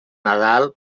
nadal